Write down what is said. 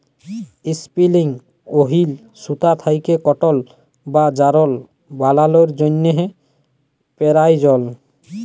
ইসপিলিং ওহিল সুতা থ্যাকে কটল বা যারল বালালোর জ্যনহে পেরায়জল